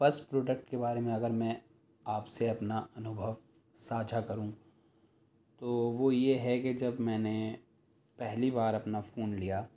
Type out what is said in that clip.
first product کے بارے میں اگر میں آپ سے اپنا انوبھو ساجھا کروں تو وہ یہ ہے کہ جب میں نے پہلی بار اپنا فون لیا